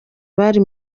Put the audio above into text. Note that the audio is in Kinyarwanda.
bari